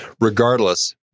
Regardless—